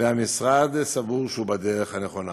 והמשרד סבור שהוא בדרך הנכונה.